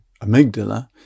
amygdala